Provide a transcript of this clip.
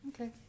Okay